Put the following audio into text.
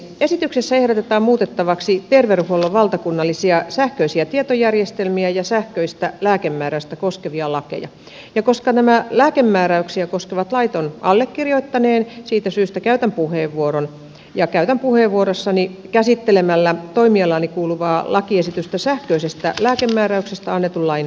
esityksessä ehdotetaan muutettavaksi terveydenhuollon valtakunnallisia sähköisiä tietojärjestelmiä ja sähköistä lääkemääräystä koskevia lakeja ja koska nämä lääkemääräyksiä koskevat lait ovat allekirjoittaneen siitä syystä käytän puheenvuoron ja käytän puheenvuoroni käsittelemällä toimialaani kuuluvaa lakiesitystä sähköisestä lääkemääräyksestä annetun lain muuttamisesta